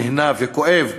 נהנה וכואב,